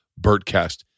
BERTCAST